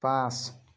পাঁচ